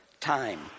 time